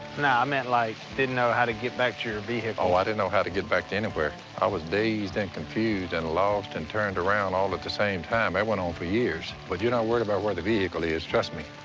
no, i meant like didn't know how to get back to your vehicle. oh, i didn't know how to get back to anywhere. i was dazed and confuse and lost and turned around all at the same time. that went on for years. but you're not worried about where the vehicle is, trust me.